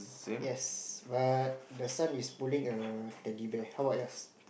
yes but the son is pulling a teddy bear how about yours